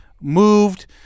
moved